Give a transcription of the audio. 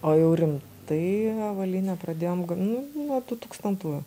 o jau rimtai avalynę pradėjom gam nu nuo du tūkstantųjų